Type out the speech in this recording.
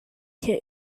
kit